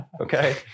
Okay